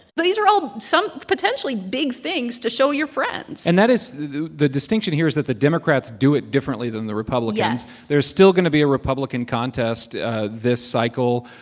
but these are all some potentially big things to show your friends and that is the the distinction here is that the democrats do it differently than the republicans yes there's still going to be a republican contest this cycle.